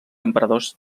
emperadors